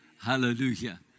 Hallelujah